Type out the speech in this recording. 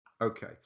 Okay